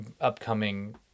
upcoming